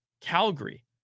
Calgary